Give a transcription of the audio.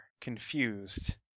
confused